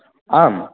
आम्